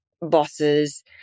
bosses